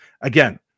Again